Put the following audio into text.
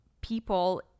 people